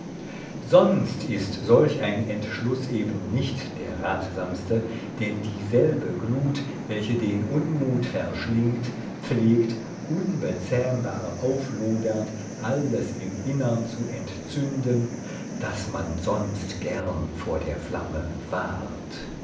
sonst ist solch ein entschluß eben nicht der ratsamste denn dieselbe glut welche den unmut verschlingt pflegt unbezähmbar auflodernd alles im innern zu entzünden das man sonst gern vor der flamme wahrt